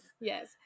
Yes